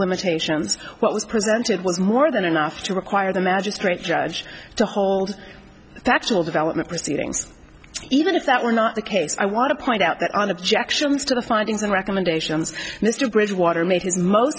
limitations what was presented was more than enough to require the magistrate judge to hold factual development proceedings even if that were not the case i want to point out that on objections to the findings and recommendations mr bridgewater made his most